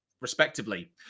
respectively